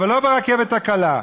אבל לא ברכבת הקלה.